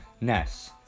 Ness